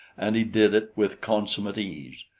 and he did it with consummate ease.